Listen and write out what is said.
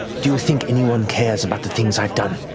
do you think anyone cares about the things i've done?